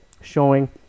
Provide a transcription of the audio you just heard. showing